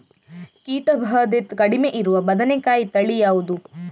ಕೀಟ ಭಾದೆ ಕಡಿಮೆ ಇರುವ ಬದನೆಕಾಯಿ ತಳಿ ಯಾವುದು?